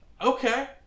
Okay